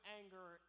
anger